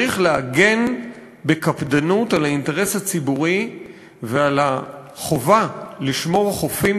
צריך להגן בקפדנות על האינטרס הציבורי ועל החובה לשמור חופים